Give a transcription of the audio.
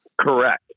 Correct